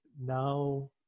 now